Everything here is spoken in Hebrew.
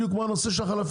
בדיוק כמו הנושא של החלפים.